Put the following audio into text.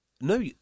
No